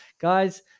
guys